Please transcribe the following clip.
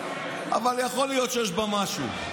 אבל יכול להיות שיש בה משהו,